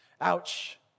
Ouch